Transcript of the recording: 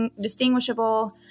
distinguishable